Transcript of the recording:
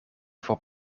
voor